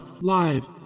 live